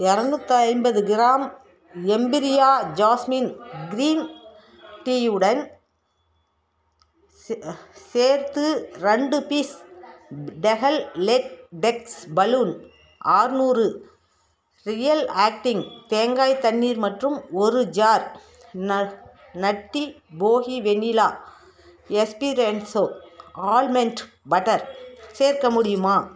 எரநூற்றைம்பது gram எம்பீரியா jasmine green டீயுடன் சேர்த்து ரெண்டு பீஸ் பெஹல் லேட்டெக்ஸ் பலூன் ஆற்நூறு ரியல் ஆக்டிங் தேங்காய் தண்ணீர் மற்றும் ஒரு ஜார் நட்டி போகி வெண்ணிலா எஸ்பிரென்ஸ்ஸோ ஆல்மண்ட் பட்டர் சேர்க்க முடியுமா